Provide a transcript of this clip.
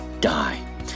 die